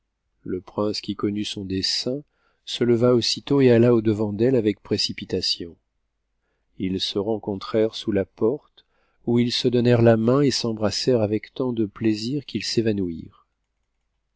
le jn'ihce qui connut son dessein se icva aussitôt et alla au-devant d'elle avec précipitation ils se rencontrèrent sous la porte pu ils se donnèrent t main et s'etnbrassernnt avec tant de plaisir qu'us s'évanouirent